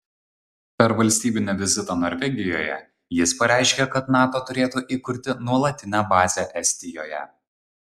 per valstybinį vizitą norvegijoje jis pareiškė kad nato turėtų įkurti nuolatinę bazę estijoje